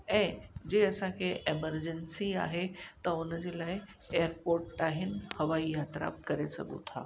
ऐं जंहिं असांखे एमरजेंसी आहे त उन जे लाइ एयरपोर्ट आहिनि हवाई यात्रा बि करे सघो था